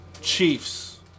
Chiefs